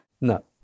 No